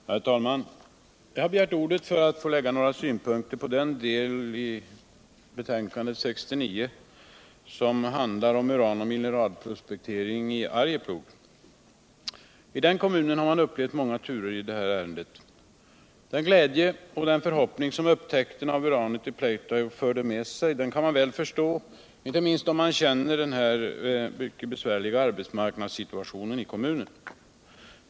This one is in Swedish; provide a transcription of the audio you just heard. Herr talman! Jag har begärt ordet för av få anlägga några synpunkter på den del i näringsutskottets betänkande nr 69, som handlar om uran och mineralprospektering i Arjeplog. I den kommunen har man upplevt många turer i detta ärende. Den glädje och förhoppning som upptäckten av uranet i Pleutajokk förde med sig kan man väl förstå, inte minst om man känner till den mycket besvärliga arbetsmarknadssituationen i kommunen.